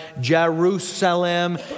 Jerusalem